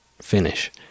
finish